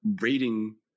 reading